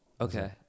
Okay